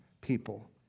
people